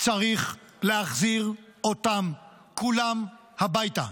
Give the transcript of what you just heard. צריך להחזיר אותם כולם הביתה.